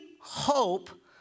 hope